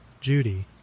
Judy